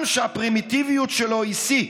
עם שהפרימיטיביות שלו היא שיא.